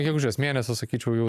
gegužės mėnesio sakyčiau jau